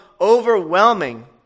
overwhelming